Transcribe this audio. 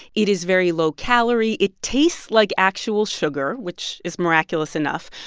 it is very low-calorie. it tastes like actual sugar, which is miraculous enough.